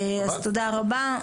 אז תודה רבה,